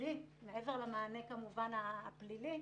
הטיפולי מעבר למענה הפלילי,